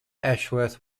ashworth